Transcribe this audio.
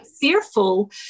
fearful